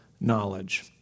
knowledge